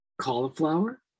cauliflower